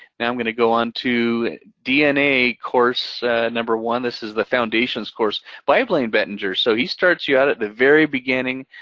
now i'm gonna go on to dna course number one. this is the foundations course by blaine bettinger. so he starts you out at the very beginning,